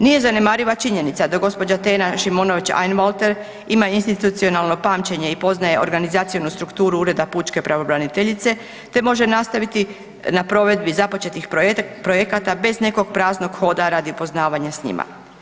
Nije zanemariva činjenica da gospođa Tena Šimonović Einwalter ima institucionalno pamćenje i poznaje organizacionu strukturu Ureda pučke pravobraniteljice, te može nastaviti na provedbi započetih projekata bez nekog praznog hoda radi poznavanja s njima.